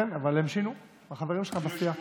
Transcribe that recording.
כן, אבל הם שינו, החברים שלך בסיעה.